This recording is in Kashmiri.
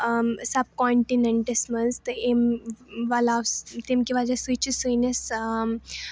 سَب کونٹِنیٚٹَس منٛز تہٕ اَمہِ علاوٕ تَمہِ کہِ وجہ سۭتۍ چھِ سٲنِس